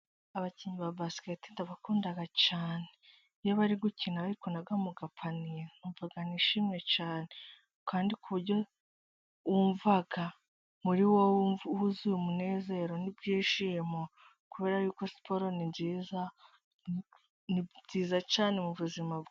Abakinnyi ba basiketi ndabakunda cyane iyo bari gukina bari kunaga mu gapaniye, numva nishimye cyane kandi ku buryo wumva muri wowe wuzuye umunezero n'ibyishimo, kubera yuko siporo ni nziza, ni nziza cyane mu buzima bwawe.